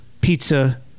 pizza